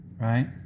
right